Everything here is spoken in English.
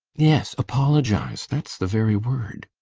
yes apologize that's the very word,